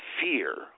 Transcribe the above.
fear